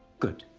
good,